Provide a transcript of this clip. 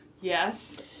Yes